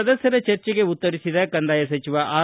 ಸದಸ್ಕರ ಚರ್ಚೆಗೆ ಉತ್ತರಿಸಿದ ಕಂದಾಯ ಸಚಿವ ಆರ್